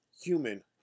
human